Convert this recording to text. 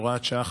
הוראת שעה,